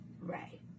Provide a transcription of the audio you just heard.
Right